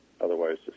otherwise